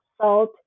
salt